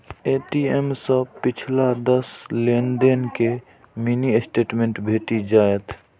ATM सं पिछला दस लेनदेन के मिनी स्टेटमेंट भेटि जायत